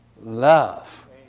love